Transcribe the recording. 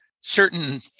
certain